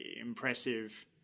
impressive